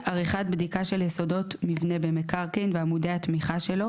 עריכת בדיקה של יסודות מבנה במקרקעין ועמודי תמיכה שלו,